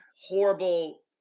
horrible